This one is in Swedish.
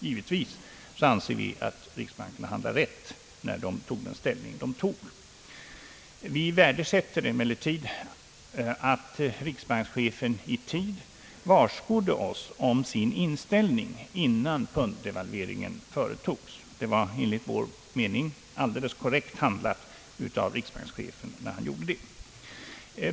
Givetvis anser vi att riksbanken handlat rätt. Vi värdesätter därtill att riksbankschefen i tid varskodde oss om sin inställning innan punddevalveringen företogs. Det var enligt vår mening alldeles korrekt handlat av riksbankschefen.